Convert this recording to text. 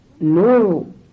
no